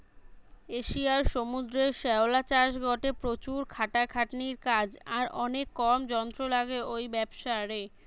এশিয়ার সমুদ্রের শ্যাওলা চাষ গটে প্রচুর খাটাখাটনির কাজ আর অনেক কম যন্ত্র লাগে ঔ ব্যাবসারে